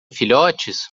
filhotes